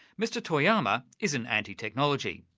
mr toyama isn't anti-technology.